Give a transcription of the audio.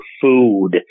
food